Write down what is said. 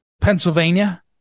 Pennsylvania